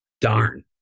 darn